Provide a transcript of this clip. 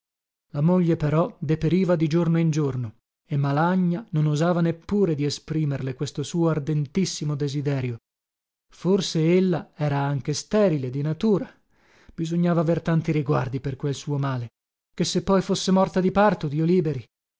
la moglie però deperiva di giorno in giorno e malagna non osava neppure di esprimerle questo suo ardentissimo desiderio forse ella era anche sterile di natura bisognava aver tanti riguardi per quel suo male che se poi fosse morta di parto dio liberi